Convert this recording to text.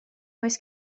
oes